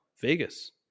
Vegas